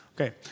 Okay